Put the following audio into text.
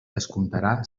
descomptarà